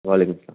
وعلیکم السلام